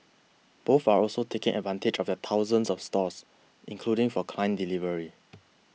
both are also taking advantage of their thousands of stores including for client delivery